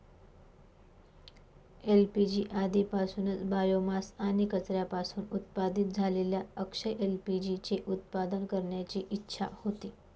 LPG आधीपासूनच biomass आणि कचऱ्यापासून उत्पादित झालेल्या अक्षय एल.पी.जी चे उत्पादन करण्याची इच्छा होती